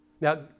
Now